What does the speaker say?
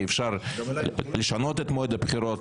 כי אפשר לשנות את מועד הבחירות,